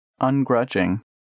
ungrudging